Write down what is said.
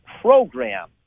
program